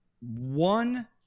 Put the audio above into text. One